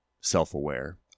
self-aware